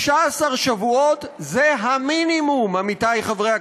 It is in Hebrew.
16 שבועות זה המינימום, עמיתי חברי הכנסת,